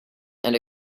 and